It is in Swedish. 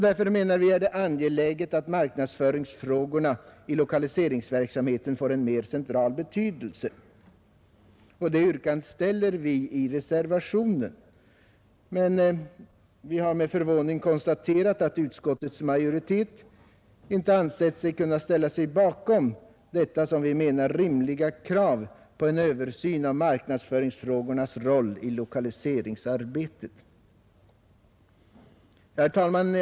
Därför, menar vi, är det angeläget att marknadsföringsfrågorna i lokaliseringsverksamheten får en mer central betydelse, och det yrkandet framställer vi i reservationen. Men vi har med förvåning konstaterat att utskottets majoritet inte ansett sig kunna ställa sig bakom detta som vi menar rimliga krav på en översyn av marknadsföringsfrågornas roll i lokaliseringsarbetet. Herr talman!